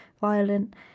violent